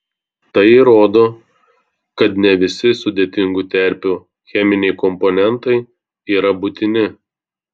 tai įrodo kad ne visi sudėtingų terpių cheminiai komponentai yra būtini